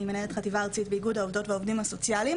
אני מנהלת את החטיבה הארצית באיגוד העובדים והעובדות הסוציאליים